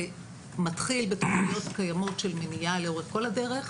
זה מתחיל בתוכניות קיימות של מניעה לאורך כל הדרך,